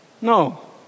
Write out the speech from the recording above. No